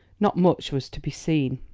not much was to be seen.